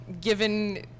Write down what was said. given